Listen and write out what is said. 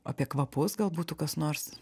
apie kvapus gal būtų kas nors